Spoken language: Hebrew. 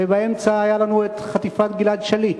ובאמצע היתה לנו חטיפת גלעד שליט,